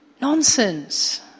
Nonsense